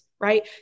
Right